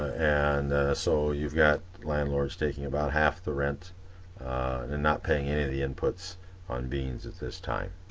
and so you've got landlords taking about half the rent and not paying any of the inputs on beans at this time.